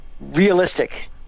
realistic